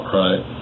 right